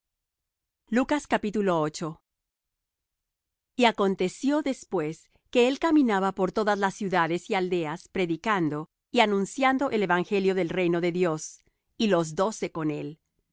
paz y acontecio después que él caminaba por todas las ciudades y aldeas predicando y anunciando el evangelio del reino de dios y los doce con él